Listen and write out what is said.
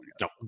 No